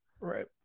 Right